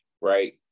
right